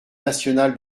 national